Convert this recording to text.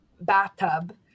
bathtub